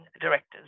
directors